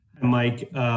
Mike